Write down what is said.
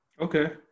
okay